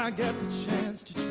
ah get the chance to